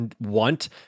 want